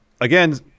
again